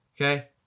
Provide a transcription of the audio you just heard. Okay